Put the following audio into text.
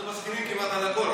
אנחנו מסכימים כמעט על הכול.